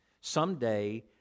someday